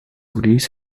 release